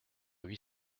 huit